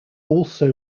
also